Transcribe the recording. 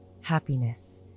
happiness